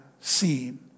seen